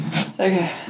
Okay